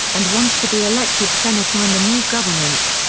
and wanted to be elected senator in the new government.